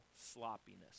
sloppiness